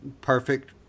perfect